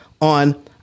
on